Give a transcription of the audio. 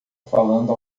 falando